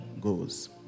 goes